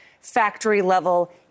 factory-level